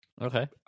Okay